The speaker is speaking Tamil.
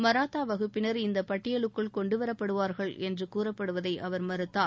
மராத்தா வகுப்பினா் இந்த பட்டியலுக்குள் கொண்டுவரப்படுவார்கள் என்று கூறப்படுவதை அவா் மறுத்தார்